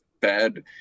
bad